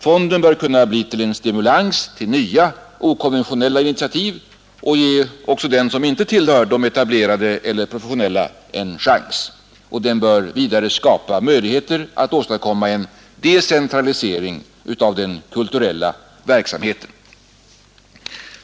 Fonden bör kunna bli en stimulans till nya okonventionella initiativ och ge också den som inte tillhör de etablerade eller professionella en chans, och den bör vidare skapa möjligheter att decentralisera den kulturella verksamheten.